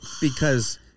because-